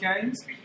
games